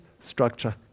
structure